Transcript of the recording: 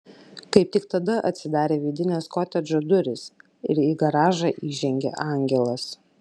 kaip tik tada atsidarė vidinės kotedžo durys ir į garažą įžengė angelas